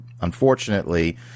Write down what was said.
unfortunately